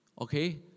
okay